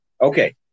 Okay